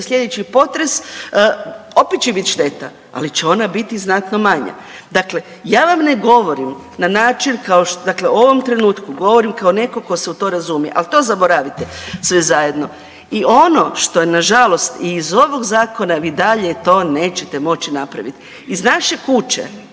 slijedeći potres opet će bit šteta, ali će ona bit znatno manja. Dakle, ja vam ne govorim na način kao, dakle u ovom trenutku govorim kao netko tko se u to razumije, al to zaboravite sve zajedno. I ono što je nažalost i iz ovog zakona vi i dalje to neće moći napravit. Iz naše kuće,